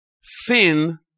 sin